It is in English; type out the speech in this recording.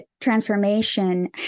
transformation